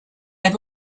have